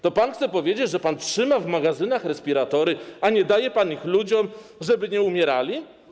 To pan chce powiedzieć, że pan trzyma w magazynach respiratory, a nie daje pan ich ludziom, żeby nie umierali?